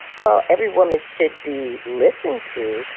well, every woman should be listened to.